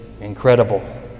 incredible